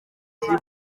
bufite